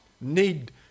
need